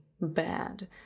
bad